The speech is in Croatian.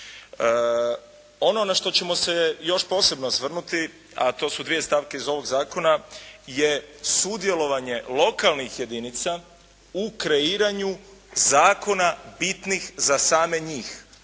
Ono na što ćemo se još posebno osvrnuti, a to su dvije stavke iz ovog zakona je sudjelovanje lokalnih jedinica u kreiranju zakona bitnih za same njih.